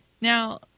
Now